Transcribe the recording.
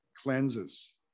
cleanses